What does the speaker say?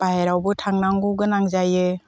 बाहेरावबो थांनांगौ गोनां जायो